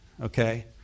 Okay